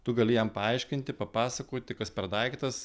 tu gali jam paaiškinti papasakoti kas per daiktas